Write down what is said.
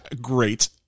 Great